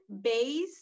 based